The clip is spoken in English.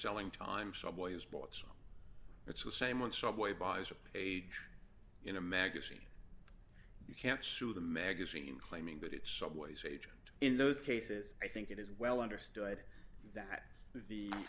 selling time subway is bought so it's the same with subway buys a page in a magazine you can't sue the magazine claiming that it's subways agent in those cases i think it is well understood that the